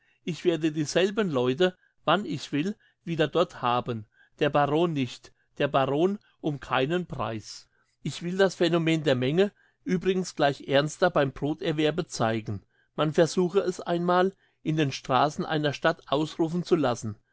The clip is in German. ich werde dieselben leute wann ich will wieder dort haben der baron nicht der baron um keinen preis ich will das phänomen der menge übrigens gleich ernster beim broterwerbe zeigen man versuche es einmal in den strassen einer stadt ausrufen zu lassen